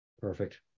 Perfect